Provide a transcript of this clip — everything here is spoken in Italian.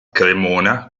cremona